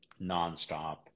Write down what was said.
nonstop